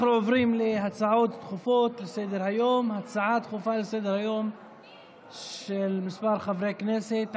אנחנו עוברים להצעות דחופות לסדר-היום של כמה חברי הכנסת,